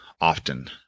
often